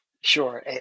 sure